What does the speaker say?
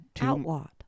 outlawed